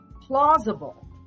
plausible